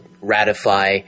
ratify